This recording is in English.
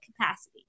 capacity